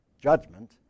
judgment